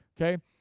okay